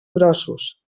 grossos